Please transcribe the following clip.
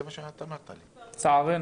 כן, לצערנו.